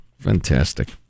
Fantastic